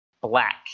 black